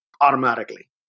automatically